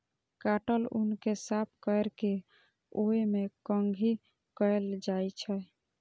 काटल ऊन कें साफ कैर के ओय मे कंघी कैल जाइ छै